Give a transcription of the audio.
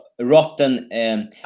rotten